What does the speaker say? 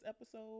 episode